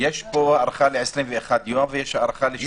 יש פה הארכה ל-21 יום ויש הארכה לשבעה ימים.